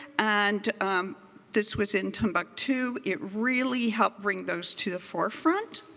and this was in timbuktu. it really helped bring those to the forefront.